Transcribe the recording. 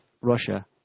Russia